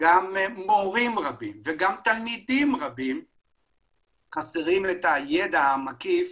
וגם מורים רבים וגם תלמידים רבים חסרים את הידע המקיף